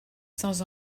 sans